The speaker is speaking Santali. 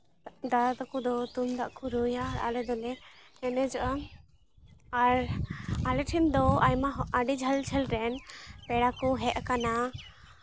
ᱫᱟᱫᱟ ᱛᱟᱠᱚ ᱫᱚ ᱛᱩᱢᱫᱟᱹᱜ ᱠᱚ ᱨᱩᱭᱟ ᱟᱨ ᱟᱞᱮ ᱫᱚᱞᱮ ᱮᱱᱮᱡᱚᱜᱼᱟ ᱟᱨ ᱟᱞᱮ ᱴᱷᱮᱱ ᱫᱚ ᱟᱭᱢᱟ ᱟᱹᱰᱤ ᱡᱷᱟᱹᱞ ᱡᱷᱟᱹᱞ ᱨᱮᱱ ᱯᱮᱲᱟ ᱠᱚ ᱦᱮᱡ ᱟᱠᱟᱱᱟ